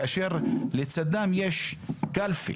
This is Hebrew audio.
כאשר לצידם יש קלפי